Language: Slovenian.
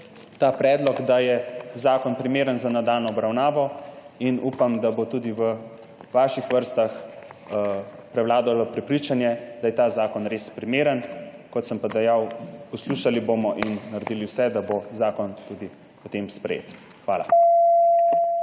predlog, da je zakon primeren za nadaljnjo obravnavo. Upam, da bo tudi v vaših vrstah prevladalo prepričanje, da je ta zakon res primeren. Kot sem pa dejal, poslušali bomo in naredili vse, da bo zakon potem tudi sprejet. Hvala.